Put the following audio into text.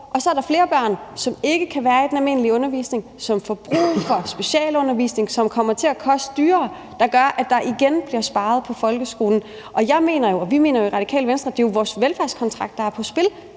og at der så er flere børn, som ikke kan være i den almindelige undervisning, og som får brug for specialundervisning, som kommer til at blive dyrere, hvilket igen gør, at der bliver sparet på folkeskolen. Vi mener jo i Radikale Venstre, at det er vores velfærdskontrakt, der er på spil,